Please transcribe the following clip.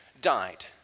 died